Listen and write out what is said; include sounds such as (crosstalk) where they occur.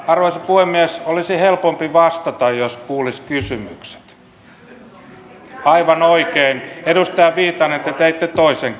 arvoisa puhemies olisi helpompi vastata jos kuulisi kysymykset aivan oikein edustaja viitanen te teitte toisen (unintelligible)